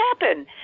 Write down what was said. happen